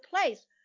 place